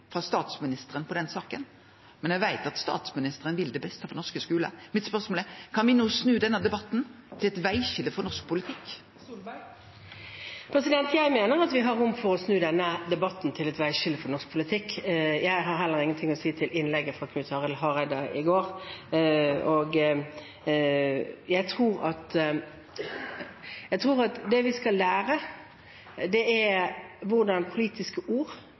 statsministeren i den saka – men eg veit at statsministeren vil det beste for norske skular. Mitt spørsmål er: Kan me no snu denne debatten til eit vegskil for norsk politikk? Jeg mener at vi har rom for å snu denne debatten til et veiskille for norsk politikk. Jeg har heller ingenting å si til innlegget fra Knut Arild Hareide i går. Jeg tror at det vi skal lære, er hvordan politiske ord